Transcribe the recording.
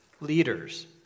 leaders